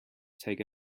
take